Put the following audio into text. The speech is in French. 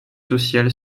social